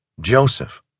Joseph